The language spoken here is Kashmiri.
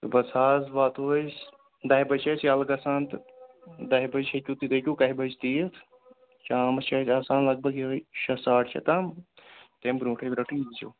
صُبحَس حظ واتو أسۍ دہہِ بجہِ چھِ أسۍ یَلہٕ گژھان تہٕ دہہِ بجہِ ہیٚکِو تُہۍ تُہۍ ہیٚکِو کَہہِ بجہِ تہِ یِتھ شامَس چھِ اَسہِ آسان لگ بگ یِہوٚے شےٚ ساڑٕ شےٚ تام تَمہِ برٛونٛٹھٕے برٛونٛٹھٕے ییٖزیو